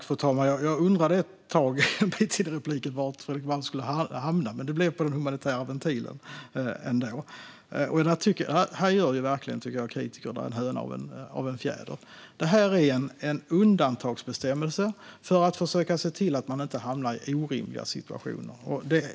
Fru talman! Jag undrade ett tag var repliken skulle hamna, men det blev den humanitära ventilen ändå. Här gör kritikerna verkligen en höna av en fjäder. Det är en undantagsbestämmelse för att försöka se till att man inte hamnar i orimliga situationer.